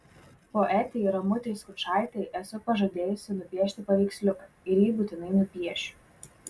poetei ramutei skučaitei esu pažadėjusi nupiešti paveiksliuką ir jį būtinai nupiešiu